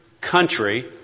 country